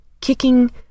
kicking